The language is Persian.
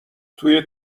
توی